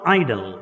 idol